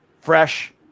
Fresh